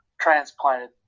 transplanted